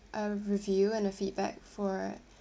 a review and a feedback for